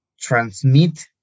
transmit